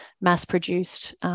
mass-produced